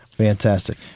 Fantastic